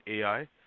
ai